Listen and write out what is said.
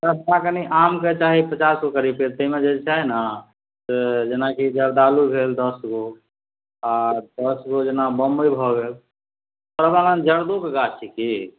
सस्ता कनी आमके चाही पचास गो करीब पेड़ तैमे जे चाही ने से जेनाकि जर्दालू भेल दस गो आ दस गो जेना बम्बइ भऽ गेल अपना लग जरदोके गाछ छै की